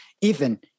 ethan